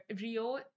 Rio